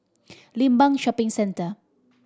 Limbang Shopping Centre